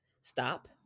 stop